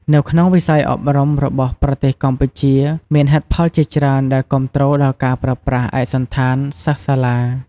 នៅក្នុងវិស័យអប់រំរបស់ប្រទេសកម្ពុជាមានហេតុផលជាច្រើនដែលគាំទ្រដល់ការប្រើប្រាស់ឯកសណ្ឋានសិស្សសាលា។